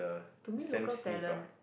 to me local talent